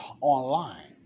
Online